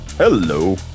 Hello